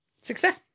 Success